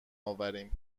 آوریم